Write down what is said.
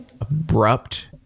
abrupt